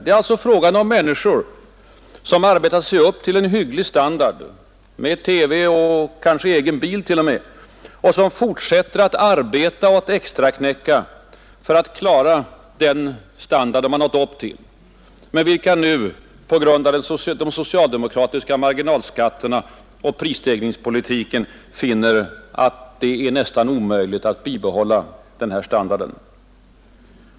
Det är alltså fråga om människor som arbetat sig upp till en hygglig standard, med TV och kanske t.o.m. egen bil, och som fortsätter att arbeta och extraknäcka för att klara den standard de nått upp till, men vilka nu på grund av de socialdemokratiska marginalskatterna och prisstegringspolitiken finner det nästan omöjligt att bibehålla sin standard.